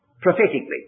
prophetically